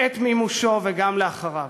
בעת מימושו וגם לאחריו.